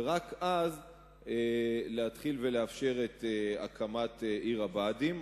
ורק אז להתחיל ולאפשר את הקמת עיר הבה"דים.